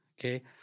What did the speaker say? Okay